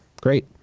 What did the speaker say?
Great